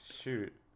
Shoot